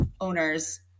owners